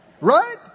Right